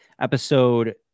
episode